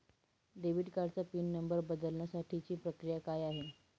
Debit कार्डचा pin number बदलण्यासाठीची प्रक्रिया काय आहे?